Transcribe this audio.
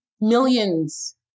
millions